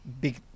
big